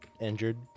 Injured